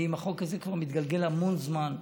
אני מתגלגל עם החוק הזה כבר המון זמן,